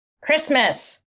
Christmas